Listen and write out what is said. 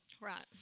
Right